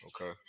Okay